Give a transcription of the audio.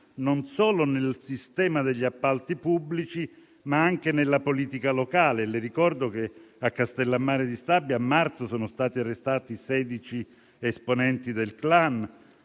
non solo nel sistema degli appalti pubblici, ma anche nella politica locale. Le ricordo che a Castellammare di Stabia a marzo sono stati arrestati 16 esponenti del *clan.*